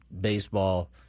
baseball